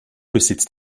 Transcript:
besitzt